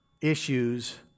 issues